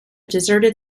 deserted